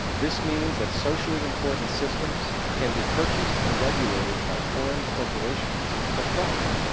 this means that socially important systems can be purchased and regulated by foreign corporations for profit.